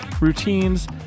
routines